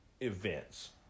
events